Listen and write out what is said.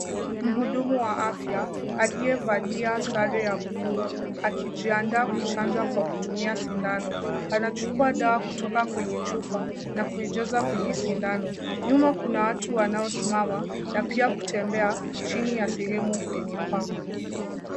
Mhudumu wa afya, aliyevalia sare ya buluu akijiandaa kuchanja kwa kutumia sindano. Anachukua dawa kutoka kwenye chupa na kuijaza kwenye sindano. Nyuma kuna watu wanaosimama na pia kutembea chini ya sehemu yenye paa.